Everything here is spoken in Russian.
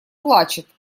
плачет